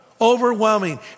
overwhelming